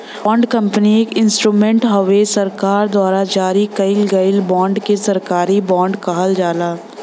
bond company एक instrument हउवे सरकार द्वारा जारी कइल गयल बांड के सरकारी बॉन्ड कहल जाला